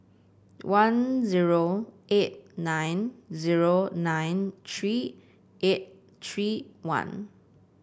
one zero eight nine zero nine three eight three one